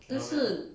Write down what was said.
但是